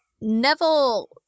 Neville